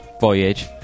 Voyage